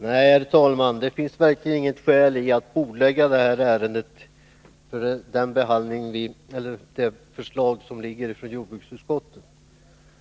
Herr talman! Nej, det finns verkligen inget skäl till att bordlägga det förslag som föreligger från jordbruksutskottet.